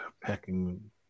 Packing